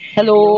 Hello